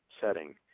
setting